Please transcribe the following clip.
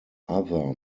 other